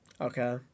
Okay